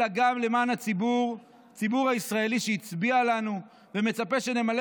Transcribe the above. אלא גם למען הציבור הישראלי שהצביע לנו ומצפה שנמלא